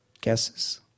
Guesses